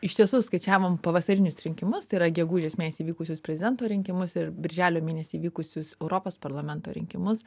iš tiesų skaičiavom pavasarinius rinkimus tai yra gegužės mėnesį vykusius prezidento rinkimus ir birželio mėnesį vykusius europos parlamento rinkimus